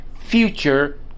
future